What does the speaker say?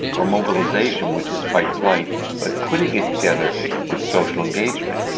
or mobilization, which is fight-flight but putting it together with social engagement.